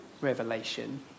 revelation